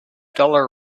dollar